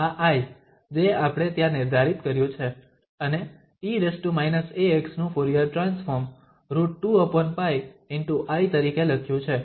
આ I જે આપણે ત્યાં નિર્ધારિત કર્યું છે અને e−ax નું ફુરીયર ટ્રાન્સફોર્મ √2π✕I તરીકે લખ્યું છે